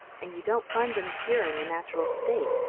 and you don't find them pure in the natural state.